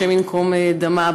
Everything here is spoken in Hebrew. השם ייקום דמה,